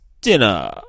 dinner